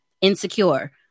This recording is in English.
Insecure